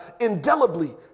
Indelibly